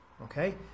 okay